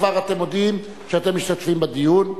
כבר אתם מודיעים שאתם משתתפים בדיון.